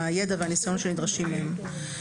מה הידע והניסיון שנדרשים מהם.